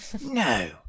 No